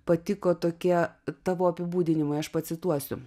patiko tokie tavo apibūdinimai aš pacituosiu